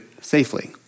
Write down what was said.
safely